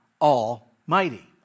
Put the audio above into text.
almighty